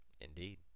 indeed